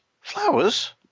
flowers